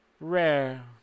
Rare